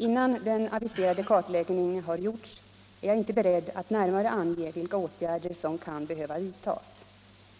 Innan den aviserade kartläggningen har gjorts är jag inte beredd att närmare ange vilka åtgärder som kan behöva vidtas.